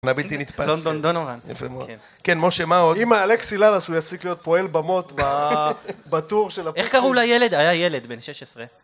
מהבלתי נתפסת, לונדון דונואן, יפה מאוד, כן. כן משה מה עוד? אם האלקסי ללאס הוא יפסיק להיות פועל במות בטור של הפעולה, איך קראו לילד? היה ילד בן 16.